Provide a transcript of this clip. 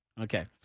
Okay